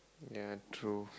ya true